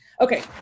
Okay